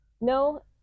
No